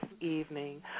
evening